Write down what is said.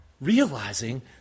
realizing